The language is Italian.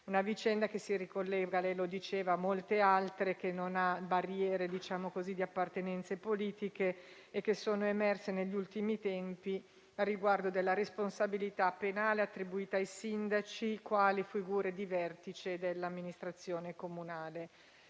una vicenda che si ricollega - lei lo diceva - a molte altre, che non hanno barriere di appartenenze politiche e sono emerse negli ultimi tempi riguardo la responsabilità penale attribuita ai sindaci quali figure di vertice dell'amministrazione comunale.